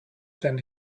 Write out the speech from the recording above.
than